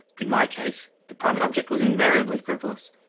in my case, the primary object was invariably frivolous,